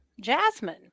jasmine